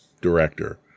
director